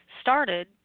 started